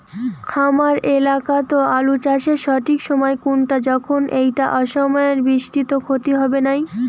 হামার এলাকাত আলু চাষের সঠিক সময় কুনটা যখন এইটা অসময়ের বৃষ্টিত ক্ষতি হবে নাই?